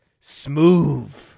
smooth